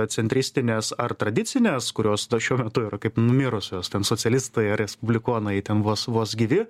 centristines ar tradicines kurios šiuo metu yra kaip numirusios ten socialistai ar respublikonai ten vos vos gyvi